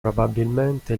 probabilmente